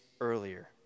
earlier